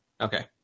Okay